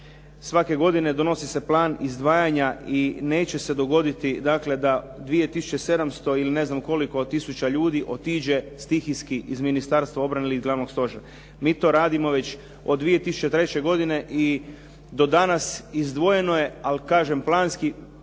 Svake godine donosi se plan izdvajanja i neće se dogoditi dakle da 2700 ili ne znam koliko tisuća ljudi otiđe stihijski iz Ministarstva obrane ili iz Glavnog stožera. Mi to radimo već od 2003. godine i do danas izdvojeno, ali kažem planski,